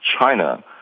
China